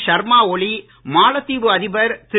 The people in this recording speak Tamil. ஷர்மா ஒலி மாலத்தீவு அதிபர் திரு